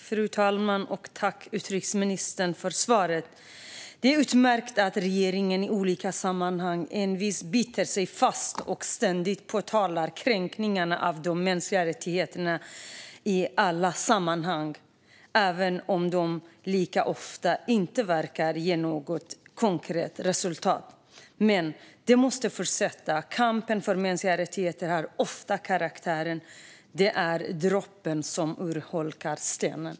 Fru talman! Jag tackar utrikesministern för svaret. Det är utmärkt att regeringen i olika sammanhang envist biter sig fast och ständigt påtalar kränkningarna av de mänskliga rättigheterna, även om det ofta inte verkar ge något konkret resultat. Detta måste fortsätta. Kampen för mänskliga rättigheter har ofta karaktären av droppen som urholkar stenen.